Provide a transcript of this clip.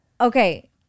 Okay